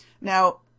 Now